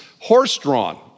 horse-drawn